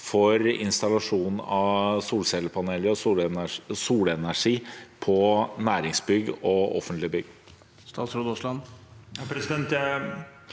for installasjon av solcellepaneler og solenergi på næringsbygg og offentlige bygg.